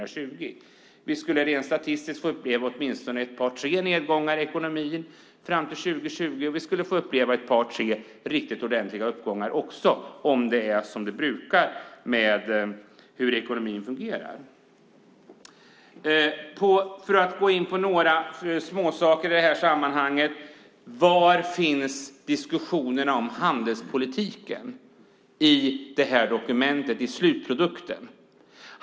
Rent statistiskt ska vi fram till 2020 få uppleva åtminstone ett par tre nedgångar i ekonomin men också ett par tre riktigt ordentliga uppgångar om det är som det brukar vara med hur ekonomin fungerar. För att gå in på några småsaker i sammanhanget: Var i dokumentet, i slutprodukten, finns diskussionerna om handelspolitiken?